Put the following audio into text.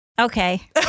Okay